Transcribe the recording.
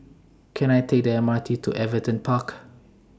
Can I Take The MRT to Everton Park